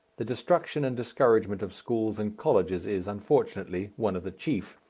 the destruction and discouragement of schools and colleges is, unfortunately, one of the chief,